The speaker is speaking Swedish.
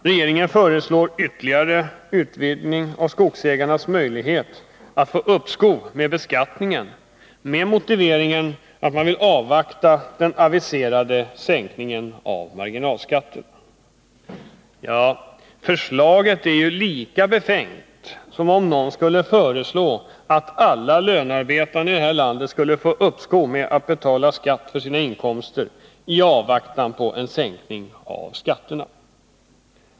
Regeringen föreslår ytterligare utvidgning av skogsägarnas möjlighet att få uppskov med beskattningen med motivering att man vill avvakta den aviserade sänkningen av marginalskatterna. Förslaget är lika befängt som om någon skulle föreslå, att alla lönarbetare här i landet skulle få uppskov med att betala skatt för sina inkomster i avvaktan på en sänkning av skatterna.